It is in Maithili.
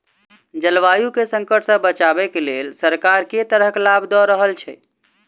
जलवायु केँ संकट सऽ बचाबै केँ लेल सरकार केँ तरहक लाभ दऽ रहल छै?